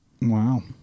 Wow